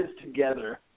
together